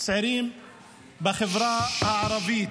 צעירים בחברה הערבית.